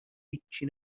هیچی